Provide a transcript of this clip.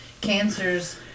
cancers